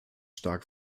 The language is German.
stark